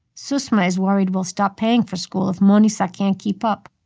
susma is worried we'll stop paying for school if manisha can't keep up.